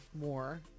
more